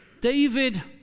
David